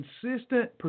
consistent